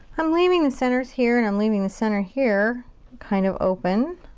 i'm leaving the centers here and i'm leaving the center here kind of open,